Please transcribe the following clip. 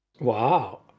Wow